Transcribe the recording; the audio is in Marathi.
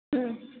हं